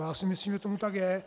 A já si myslím, že tomu tak je.